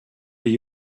with